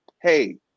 hey